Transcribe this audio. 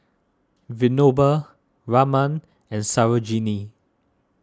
Vinoba Raman and Sarojini